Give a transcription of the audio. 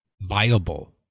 viable